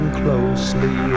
closely